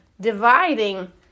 dividing